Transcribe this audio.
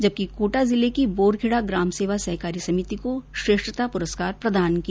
जबकि कोटा जिले की बोरखेड़ा ग्राम सेवा सहकारी समिति को श्रेष्ठता पुरस्कार प्रदान किया